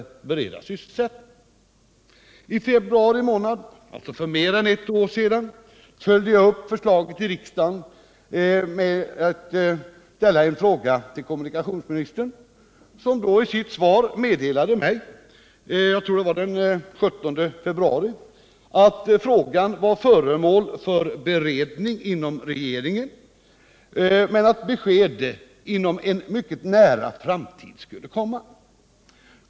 I februari 1977, alltså för mer än ett år sedan, följde jag upp förslaget i riksdagen med en fråga till kommunikationsministern, som i sitt svar den 17 februari meddelade att frågan var föremål för beredning inom regeringen men att besked skulle komma inom en nära framtid.